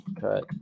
Cut